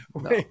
no